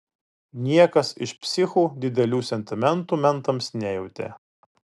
niekas iš psichų didelių sentimentų mentams nejautė